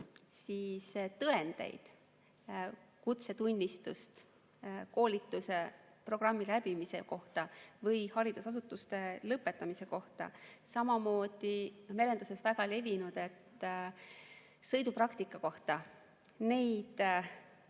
Neid tõendeid, kutsetunnistust koolitusprogrammi läbimise kohta või haridusasutuse lõpetamise kohta, ja samamoodi on merenduses väga levinud, et sõidupraktika kohta, neid